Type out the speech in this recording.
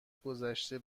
گذشته